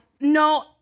no